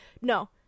No